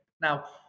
Now